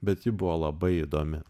bet ji buvo labai įdomi